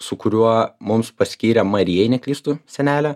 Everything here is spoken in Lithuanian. su kuriuo mums paskyrė mariją jei neklystu senelę